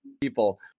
people